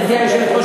גברתי היושבת-ראש,